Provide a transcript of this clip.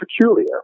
peculiar